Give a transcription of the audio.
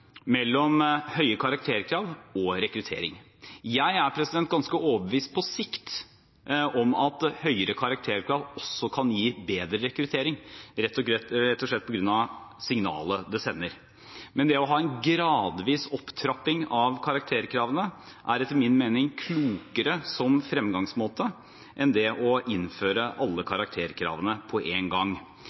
mellom høye karakterkrav og rekruttering. Jeg er ganske overbevist om at høyere karakterkrav på sikt også kan gi bedre rekruttering, rett og slett på grunn av signalet det sender. Men det å ha en gradvis opptrapping av karakterkravene er etter min mening klokere som fremgangsmåte enn å innføre alle karakterkravene på en gang.